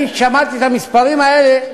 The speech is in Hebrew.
אני שמעתי את המספרים האלה,